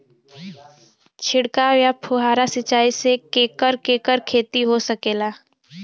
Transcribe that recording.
छिड़काव या फुहारा सिंचाई से केकर केकर खेती हो सकेला?